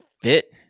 fit